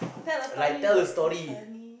tell a story that is funny